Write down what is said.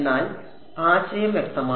എന്നാൽ ആശയം വ്യക്തമാണ്